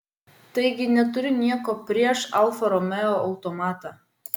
taigi neturiu nieko prieš alfa romeo automatą